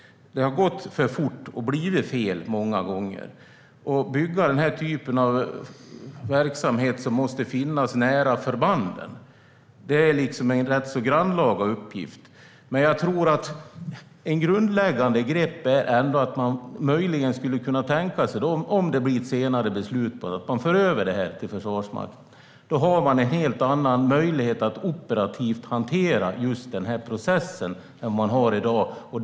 Det har gått för fort och blivit fel många gånger, men att bygga den typ av verksamhet som måste finnas nära förbanden är en grannlaga uppgift. Ett grundläggande grepp är ändå att man möjligen skulle kunna tänka sig, om det blir ett senare beslut, att föra över det hela till Försvarsmakten. Då har man en helt annan möjlighet att operativt hantera processen än vad man har i dag.